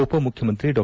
ಉಪಮುಖ್ಯಮಂತ್ರಿ ಡಾ